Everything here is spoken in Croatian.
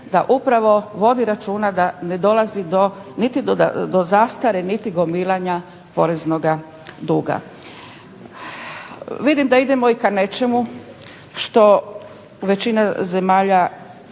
da upravo vodi računa da ne dolazi niti do zastare niti gomilanja poreznoga duga. Vidim da idemo i ka nečemu što većina zemalja